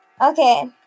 Okay